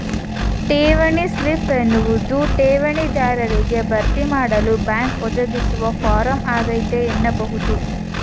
ಠೇವಣಿ ಸ್ಲಿಪ್ ಎನ್ನುವುದು ಠೇವಣಿ ದಾರರಿಗೆ ಭರ್ತಿಮಾಡಲು ಬ್ಯಾಂಕ್ ಒದಗಿಸುವ ಫಾರಂ ಆಗೈತೆ ಎನ್ನಬಹುದು